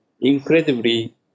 incredibly